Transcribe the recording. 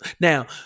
Now